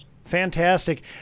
Fantastic